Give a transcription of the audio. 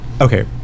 okay